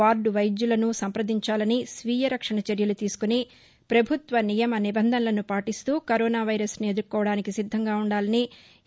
ward వైద్యులసు కాని సంప్రదించాలని స్వీయ రక్షణ చర్యలు తీసుకుని ప్రభుత్వ నియమ నిబంధనలను పాటిస్తూ కరోనా వైరస్ను ఎదుర్కొనడానికి సిద్దంగా ఉండాలని ఎ